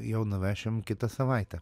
jau nuvešim kitą savaitę